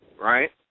Right